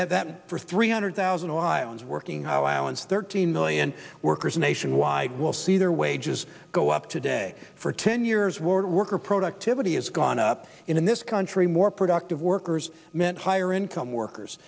that that for three hundred thousand while is working how iowans thirteen million workers nationwide will see their wages go up today for ten years would worker productivity has gone up in this country more productive workers meant higher income workers